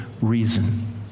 reason